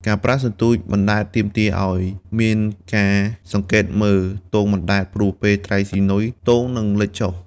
ការប្រើសន្ទូចបណ្ដែតទាមទារឲ្យមានការសង្កេតមើលទង់បណ្ដែត ព្រោះពេលត្រីស៊ីនុយ ទង់នឹងលិចចុះ។